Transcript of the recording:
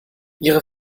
ihre